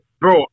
bro